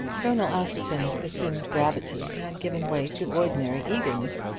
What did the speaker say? colonel askerton's assumed gravity had given way to ordinary eagerness,